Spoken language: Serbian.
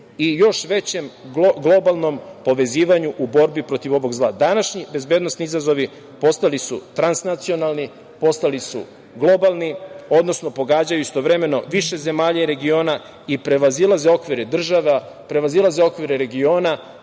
i još većem globalnom povezivanju u borbi protiv ovog zla. Današnji bezbednosni izazovi postali su transnacionalni, postali su globalni, odnosno pogađaju istovremeno više zemalja i regiona i prevazilaze okvire država, prevazilaze regiona,